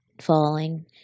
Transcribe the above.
falling